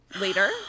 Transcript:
later